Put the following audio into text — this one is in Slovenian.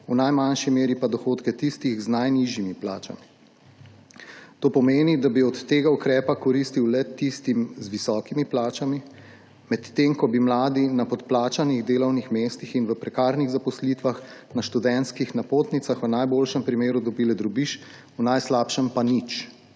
v najmanjši meri pa dohodke tistih z najnižjimi plačami. To pomeni, da bi od tega ukrepa koristil le tistim z visokimi plačami, medtem ko bi mladi na podplačanih delovnih mestih in v prekarnih zaposlitvah na študentskih napotnicah v najboljšem primeru dobili drobiž, v najslabšem pa nič.